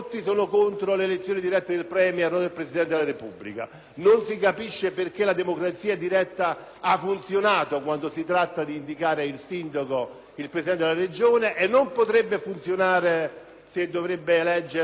Non si capisce perché la democrazia diretta funziona quando si tratta di eleggere il sindaco o il Presidente della Regione ma non potrebbe funzionare se si dovesse eleggere il candidato *premier* o il Presidente della